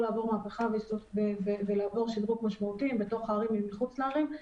לעבור מהפכה ושידרוג משמעותי בתוך הערים ומחוץ לערים.